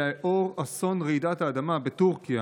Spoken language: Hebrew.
לאור אסון רעידת האדמה בטורקיה,